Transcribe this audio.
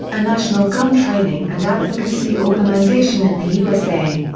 a national gun training and advocacy organization in the usa.